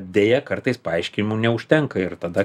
deja kartais paaiškinimų neužtenka ir tada